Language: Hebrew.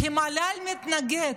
כי מל"ל מתנגד.